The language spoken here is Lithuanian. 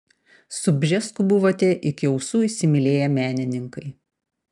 su bžesku buvote iki ausų įsimylėję menininkai